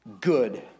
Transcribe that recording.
Good